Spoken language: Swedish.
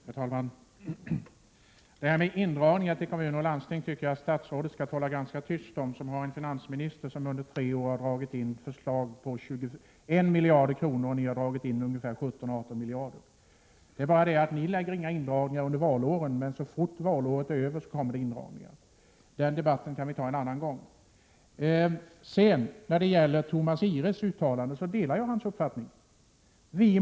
Herr talman! Indragningar i kommuner och landsting skall statsrådet tala ganska tyst om, eftersom hon har en finansminister som under tre år har dragit in 17—18 miljarder. Ni gör inga indragningar under valår, men så fort valåret är över kommer de. Den debatten kan vi föra en annan gång. Jag delar Thomas Ihres uppfattning.